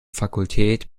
fakultät